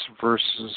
versus